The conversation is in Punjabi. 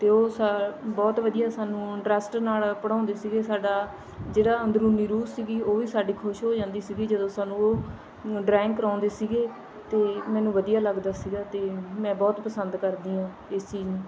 ਅਤੇ ਉਹ ਸਾ ਬਹੁਤ ਵਧੀਆ ਸਾਨੂੰ ਇੰਟਰਸ ਨਾਲ ਪੜ੍ਹਾਉਂਦੇ ਸੀਗੇ ਸਾਡਾ ਜਿਹੜਾ ਅੰਦਰੂਨੀ ਰੂਹ ਸੀਗੀ ਉਹ ਵੀ ਸਾਡੀ ਖੁਸ਼ ਹੋ ਜਾਂਦੀ ਸੀਗੀ ਜਦੋਂ ਸਾਨੂੰ ਉਹ ਡਰਾਇੰਗ ਕਰਵਾਉਂਦੇ ਸੀਗੇ ਅਤੇ ਮੈਨੂੰ ਵਧੀਆ ਲੱਗਦਾ ਸੀਗਾ ਅਤੇ ਮੈਂ ਬਹੁਤ ਪਸੰਦ ਕਰਦੀ ਹਾਂ ਇਸ ਚੀਜ਼ ਨੂੰ